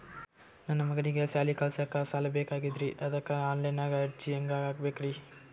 ನನ್ನ ಮಗನಿಗಿ ಸಾಲಿ ಕಲಿಲಕ್ಕ ಸಾಲ ಬೇಕಾಗ್ಯದ್ರಿ ಅದಕ್ಕ ಆನ್ ಲೈನ್ ಅರ್ಜಿ ಹೆಂಗ ಹಾಕಬೇಕ್ರಿ?